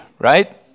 right